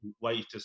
waiters